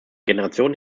generationen